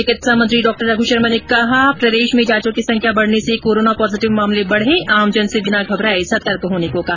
चिकित्सा मंत्री डॉ रघु शर्मा ने कहा कि प्रदेश में जांचों की संख्या बढ़ने से कोरोना पॉजिटिव मामले बढ़े आमजन से बिना घबराए सतर्क होने को कहा